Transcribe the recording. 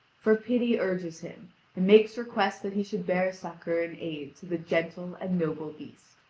for pity urges him and makes request that he should bear succour and aid to the gentle and noble beast.